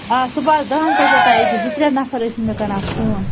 آ صُبَحس دَہَن بَجَن تام ییٖزِ زٕ ترٛےٚ نَفر ٲسی مےٚ کَران فون